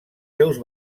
seus